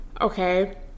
okay